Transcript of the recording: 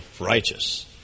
righteous